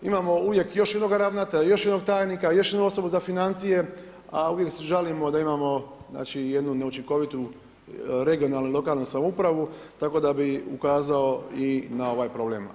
Imamo uvijek još jednoga ravnatelja, još jednog tajnika, još jednu osobu za financije, a uvijek se žalimo da imamo znači jednu neučinkovitu regionalnu i lokalnu samoupravu tako da bih ukazao i na ovaj problem.